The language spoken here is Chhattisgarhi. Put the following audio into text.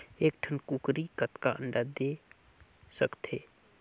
एक ठन कूकरी कतका अंडा दे सकथे?